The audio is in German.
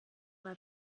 weil